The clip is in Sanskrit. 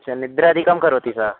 च निद्रादिकं करोति वा